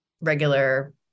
regular